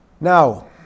Now